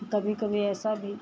कभी कभी ऐसा भी